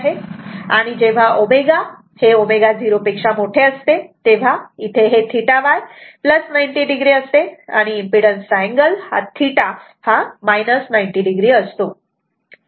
आणि जेव्हा ω ω0 असते तेव्हा θ Y 90 o असते आणि इम्पीडन्स चा अँगल म्हणजेच θ 90 o असतो